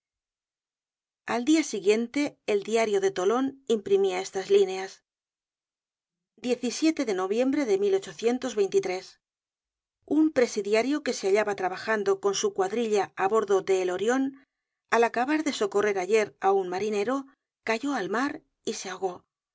al dia siguiente el diario de tolon imprimía estas líneas de noviembre de un presidiario que se hallaba traba jando con su cuadrilla á bordo de el orion al acabar de socorrer ayer á un marinero cayó al mar y se ahogó